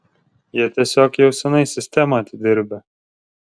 jie tiesiog jau seniai sistemą atidirbę